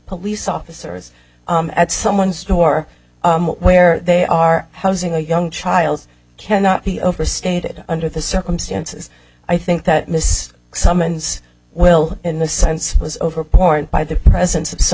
police officers at someone's store where they are housing a young child cannot be overstated under the circumstances i think that miss summons well in the sense was over borne by the presence of so